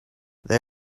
they